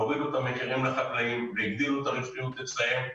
הורידו את המחירים לחקלאים והגדילו את הרווחיות אצלם.